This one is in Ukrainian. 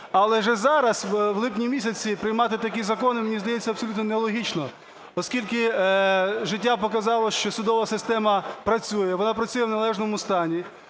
Але вже зараз, в липні місяці, приймати такі закони, мені здається, абсолютно нелогічно, оскільки життя показало, що судова система працює. Вона працює в належному стані,